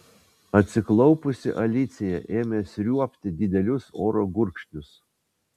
atsiklaupusi alicija ėmė sriuobti didelius oro gurkšnius